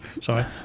Sorry